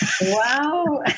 Wow